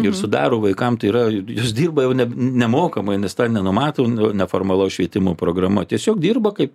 ir sudaro vaikam tai yra ir jos dirba jau ne nemokamai nes to nenumato neformalaus švietimo programa tiesiog dirba kaip